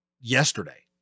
yesterday